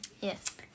Yes